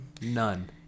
None